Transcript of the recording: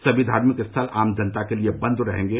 सभी धार्मिक स्थल आम जनता के लिए बंद रहेंगे